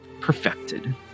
perfected